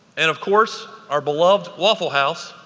and of course our beloved waffle house.